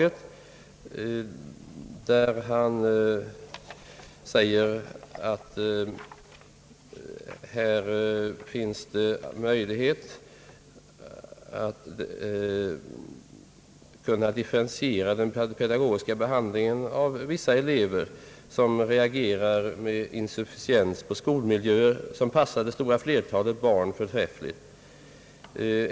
Doktor Regnér anför bl.a. att här finns möjligheter att kunna differentiera den pedagogiska behandlingen av vissa elever, vilka reagerar med insufficiens på skolmiljöer som passar det stora flertalet barn förträffligt.